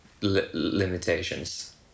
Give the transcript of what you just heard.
limitations